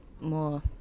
more